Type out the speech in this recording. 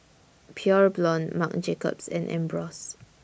Pure Blonde Marc Jacobs and Ambros